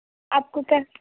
आपको कै